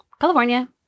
California